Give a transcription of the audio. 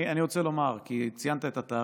אני רוצה לומר כי ציינת את התאריך.